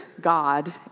God